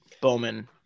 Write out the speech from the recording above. Bowman